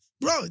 bro